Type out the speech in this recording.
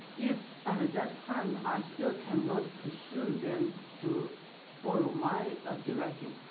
if at that time i still cannot pursue them to follow my ah direction,